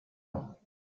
them